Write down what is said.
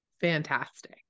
fantastic